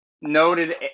noted